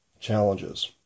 challenges